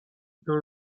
dans